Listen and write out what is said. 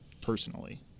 personally